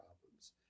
problems